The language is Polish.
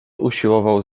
usiłował